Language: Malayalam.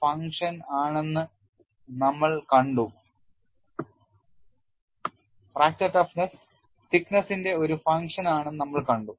ഫ്രാക്ചർ ടഫ്നെസ് തിക്ക്നെസ്സിന്റെ ഒരു ഫങ്ക്ഷന് ആണെന്ന് നമ്മൾ കണ്ടു